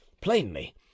plainly